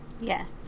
Yes